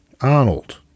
Arnold